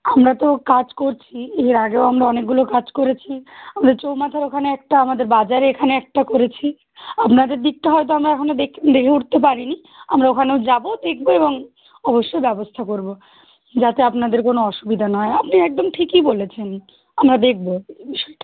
আমরা তো কাজ করছি এর আগেও আমরা অনেকগুলো কাজ করেছি আমরা চৌমাথার ওখানে একটা আমাদের বাজারে এখানে একটা করেছি আপনাদের দিকটা হয়তো আমরা এখনো দেখ দেখে উঠতে পারি নি আমরা ওখানেও যাবো দেখবো এবং অবশ্যই ব্যবস্থা করবো যাতে আপনাদের কোনো অসুবিধা না হয় আপনি একদম ঠিকই বলেছেন আমরা দেকবো এই বিষয়টা